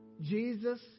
Jesus